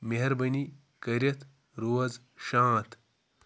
مہربٲنی کٔرِتھ روز شانٛت